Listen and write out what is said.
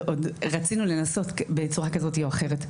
רצינו לנסות בצורה כזאת או אחרת.